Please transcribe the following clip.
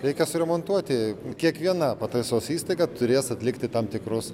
reikia suremontuoti kiekviena pataisos įstaiga turės atlikti tam tikrus